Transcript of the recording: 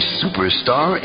superstar